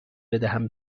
بدهم